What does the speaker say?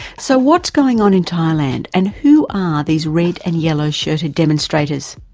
so what's going on in thailand and who are these red and yellow shirted demonstrators?